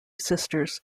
sisters